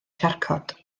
siarcod